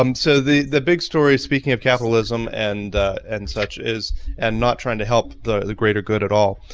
um so the the big story speaking of capitalism and and such is and not trying to help the the greater good at all.